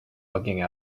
looking